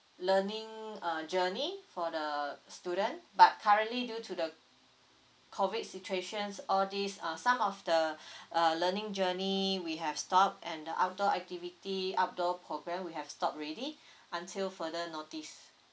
learning uh journey for the student but currently due to the COVID situations all these uh some of the uh learning journey we have stopped and the outdoor activity outdoor programme we have stop already until further notice